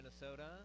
Minnesota